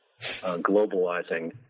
globalizing